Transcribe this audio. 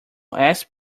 asked